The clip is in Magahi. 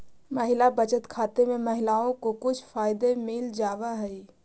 महिला बचत खाते में महिलाओं को कुछ फायदे मिल जावा हई